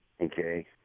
Okay